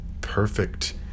perfect